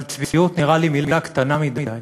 אבל צביעות נראית לי מילה קטנה מדי,